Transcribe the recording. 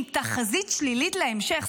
עם תחזית שלילית להמשך,